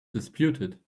disputed